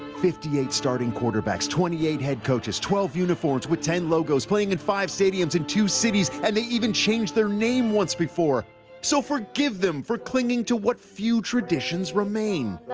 fifty eight starting quarterbacks, twenty eight head coaches, twelve uniforms with ten logos, playing in five stadiums and two cities. and they even changed their name once before so forgive them for clinging to what few traditions remain.